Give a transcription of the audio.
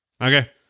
okay